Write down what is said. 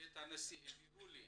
בבית הנשיא העבירו לי